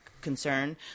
concern